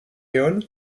león